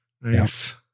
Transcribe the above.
Nice